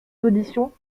auditions